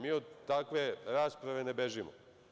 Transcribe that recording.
Mi od takve rasprave ne bežimo.